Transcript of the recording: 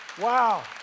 Wow